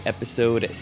Episode